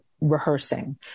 rehearsing